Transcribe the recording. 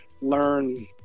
learn